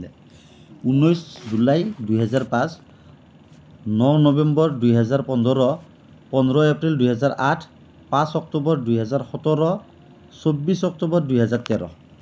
ঊনৈছ জুলাই দুহেজাৰ পাঁচ ন নৱেম্বৰ দুহেজাৰ পোন্ধৰ পোন্ধৰ এপ্ৰিল দুহেজাৰ আঠ পাঁচ অক্টোবৰ দুহেজাৰ সোতৰ চৌব্বিছ অক্টোবৰ দুহেজাৰ তেৰ